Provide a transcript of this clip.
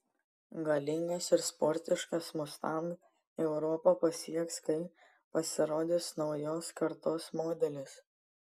galingas ir sportiškas mustang europą pasieks kai pasirodys naujos kartos modelis